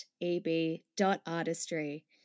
eb.artistry